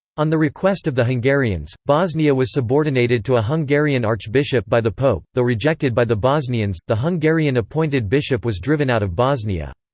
on the request of the hungarians, bosnia was subordinated to a hungarian archbishop by the pope, though rejected by the bosnians, the hungarian-appointed bishop was driven out of bosnia.